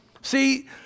see